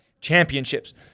Championships